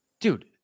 Dude